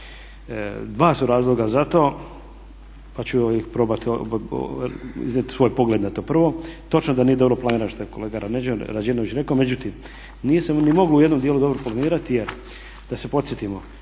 Dva su razloga za to pa ću probati iznijeti svoj pogled na to. Prvo, točno je da nije dobro planirano što je kolega Rađenović rekao, međutim nije se ni moglo u jednom dijelu dobro planirati jer da se podsjetimo,